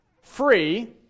free